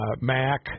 Mac